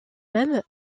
même